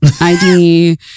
ID